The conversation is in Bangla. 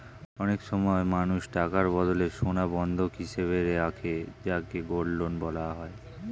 অনেক সময় মানুষ টাকার বদলে সোনা বন্ধক হিসেবে রাখে যাকে গোল্ড লোন বলা হয়